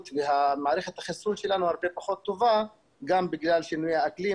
מערכת החיסון שלנו פחות טובה גם בגלל שינויי האקלים,